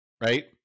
right